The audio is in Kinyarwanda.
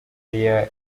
yari